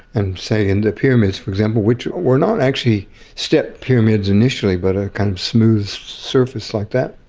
and, say, in the pyramids for example, which were not actually stepped pyramids initially but a kind of smooth surface like that,